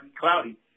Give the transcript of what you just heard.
cloudy